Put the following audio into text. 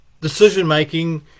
decision-making